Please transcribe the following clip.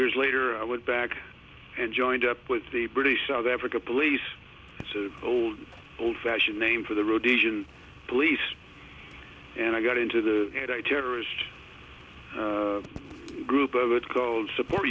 years later i went back and joined up with the british south africa police sort of old old fashioned name for the rhodesian police and i got into the terrorist group of it called support